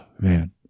man